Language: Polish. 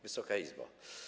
Wysoka Izbo!